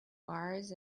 wires